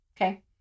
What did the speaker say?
Okay